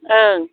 ओं